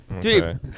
Dude